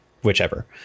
whichever